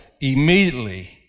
immediately